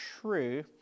true